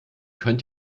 könnt